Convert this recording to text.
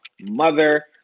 Mother